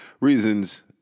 reasons